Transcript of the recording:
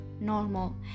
normal